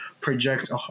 project